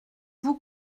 vous